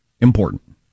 important